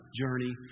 journey